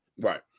Right